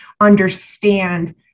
understand